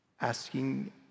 asking